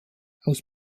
aus